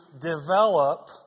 develop